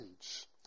age